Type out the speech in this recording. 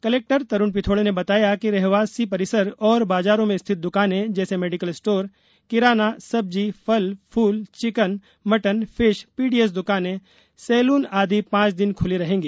collector Tarun Pithode ने बताया कि रहवासी परिसर और बाजारों में स्थित दुकानें जैसे मेडिकल स्टोर किराना सब्जी फल फूल चिकन मटन फिश पीडीएस दुकानें सैलून आदि पांच दिन खुली रहेगी